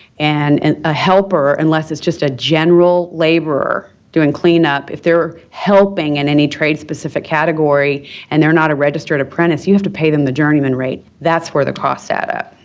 and and a helper unless it's just a general laborer doing clean up if they're helping in any trade-specific category and they're not a registered apprentice, you have to pay them the journeyman rate. that's where the costs add up.